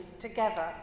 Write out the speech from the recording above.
together